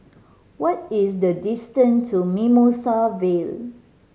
what is the distance to Mimosa Vale